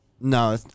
no